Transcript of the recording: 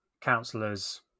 councillors